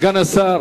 סגן השר